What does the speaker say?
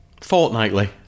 Fortnightly